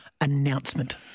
announcement